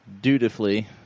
dutifully